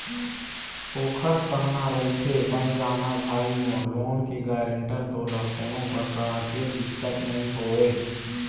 ओखर कहना रहिथे बन जाना भाई मोर लोन के गारेंटर तोला कोनो परकार के दिक्कत नइ होवय